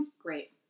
Great